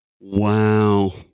wow